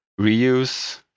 reuse